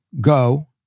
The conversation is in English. go